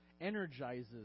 energizes